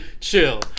chill